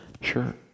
Sure